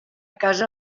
casa